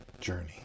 journey